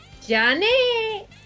Johnny